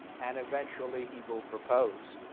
and eventually, he will propose.